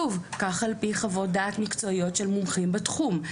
שוב, כך על פי חוות דעת מקצועיות של מומחים בתחום.